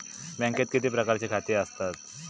बँकेत किती प्रकारची खाती आसतात?